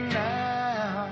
now